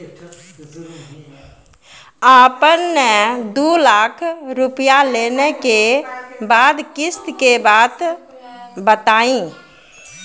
आपन ने दू लाख रुपिया लेने के बाद किस्त के बात बतायी?